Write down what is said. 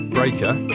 Breaker